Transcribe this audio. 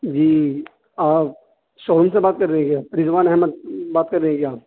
جی آپ showroom سے بات کر رہے ہیں کیا رضوان احمد بات کر رہے ہیں کیا